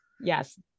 yes